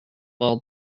all